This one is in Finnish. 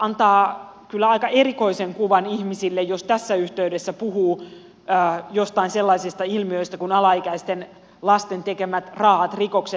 antaa kyllä aika erikoisen kuvan ihmisille jos tässä yhteydessä puhuu joistain sellaisista ilmiöistä kuin alaikäisten lasten tekemät raaat rikokset